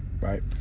right